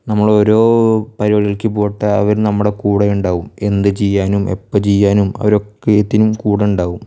നമ്മളോരോ പരിപാടികൾക്ക് പോകട്ടെ അവര് നമ്മുടെ കൂടെയുണ്ടാവും എന്ത് ചെയ്യാനും എപ്പോൾ ചെയ്യാനും അവര് ഒക്കേത്തിനും കൂടേ ഉണ്ടാകും